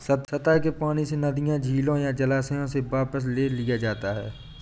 सतह के पानी से नदियों झीलों या जलाशयों से वापस ले लिया जाता है